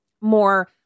more